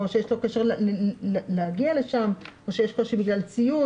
יש לו קושי להגיע לשם או יש קושי בגלל ציוד.